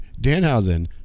Danhausen